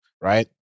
right